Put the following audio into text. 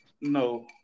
no